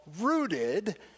Rooted